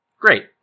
Great